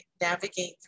navigate